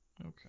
Okay